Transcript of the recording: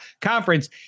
conference